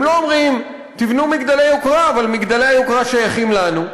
הם לא אומרים: תבנו מגדלי יוקרה אבל מגדלי היוקרה שייכים לנו.